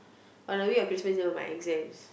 on the week of Christmas my exams